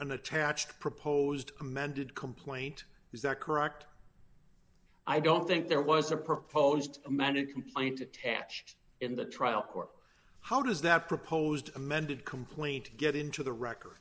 an attached proposed amended complaint is that correct i don't think there was a proposed amended complaint attached in the trial or how does that proposed amended complaint get into the record